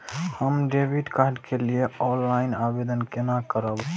हम debit card के लिए ऑनलाइन आवेदन केना करब?